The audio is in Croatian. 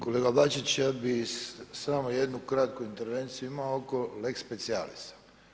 Kolega Bačić, ja bi samo jednu kratku intervenciju imao oko lex specijalis.